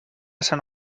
sant